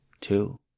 two